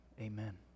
amen